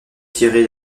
tiré